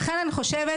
לכן, אני חושבת